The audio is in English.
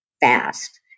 fast